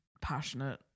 passionate